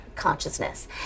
consciousness